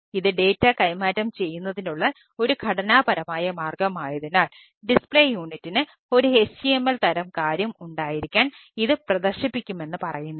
ഇത് ഡാറ്റ ഒരു HTML തരം കാര്യം ഉണ്ടായിരിക്കാൻ ഇത് പ്രദർശിപ്പിക്കുമെന്ന് പറയുന്നില്ല